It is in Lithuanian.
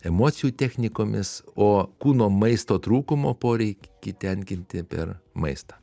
emocijų technikomis o kūno maisto trūkumo poreikį tenkinti per maistą